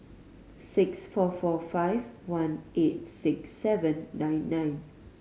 six four four five one eight six seven nine nine